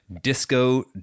disco